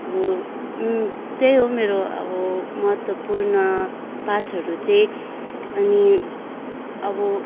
अब त्यही हो मेरो अब महत्त्वपूर्ण पाठहरू चाहिँ अनि अब